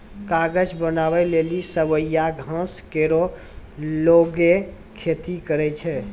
कागज बनावै लेलि सवैया घास केरो लोगें खेती करै छै